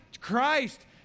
Christ